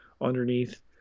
underneath